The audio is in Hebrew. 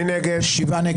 מי נמנע?